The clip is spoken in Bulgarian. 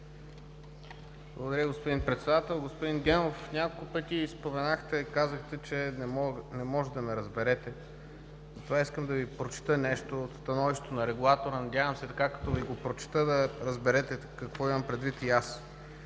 Благодаря, господин Председател. Господин Генов, няколко пъти споменахте, казахте, че не можете да ме разберете, затова искам да Ви прочета нещо от становището на регулатора. Надявам се, като Ви го прочета, да разберете какво имам предвид и аз.